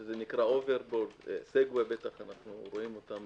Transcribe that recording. שזה נקרא הוברבורד וסאגווי שאנחנו רואים אותם